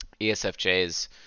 ESFJs